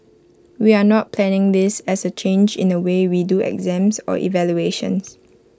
we are not planning this as A change in the way we do exams or evaluations